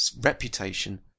reputation